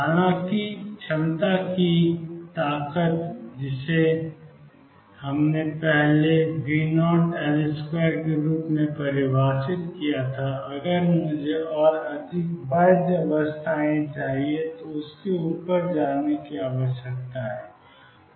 हालाँकि क्षमता की ताकत जिसे हमने पहले V0L2 के रूप में परिभाषित किया था अगर मुझे और अधिक बाध्य अवस्थाएँ चाहिए तो उसे ऊपर जाने की आवश्यकता है